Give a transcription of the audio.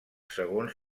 segons